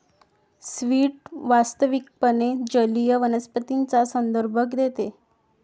seaweed वास्तविकपणे जलीय वनस्पतींचा संदर्भ देते